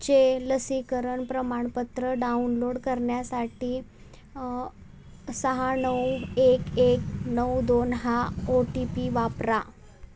चे लसीकरण प्रमाणपत्र डाउनलोड करण्यासाठी सहा नऊ एक एक नऊ दोन हा ओ टी पी वापरा